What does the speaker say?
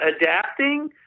adapting